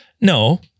No